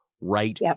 right